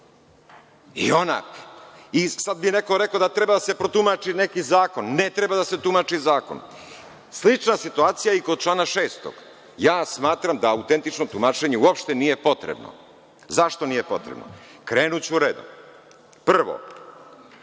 sila. Sada bi neko rekao da treba da se protumači neki zakon. Ne treba da se tumači zakon. Slična je situacija i kod člana 6. Smatram da autentično tumačenje uopšte nije potrebno. Zašto nije potrebno? Krenuću redom. Prvo,